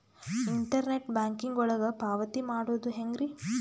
Internet banking ಒಳಗ ಪಾವತಿ ಮಾಡೋದು ಹೆಂಗ್ರಿ?